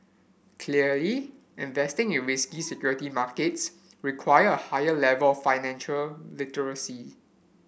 clearly investing in risky security markets require a higher level of financial literacy